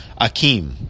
Akeem